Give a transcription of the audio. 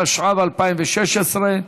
התשע"ו 2016,